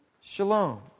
shalom